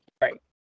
Right